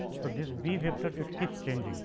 so, this b vector it keeps changing